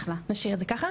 נשאיר את זה ככה